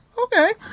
Okay